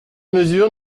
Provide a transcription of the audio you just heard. mesure